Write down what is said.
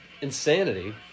insanity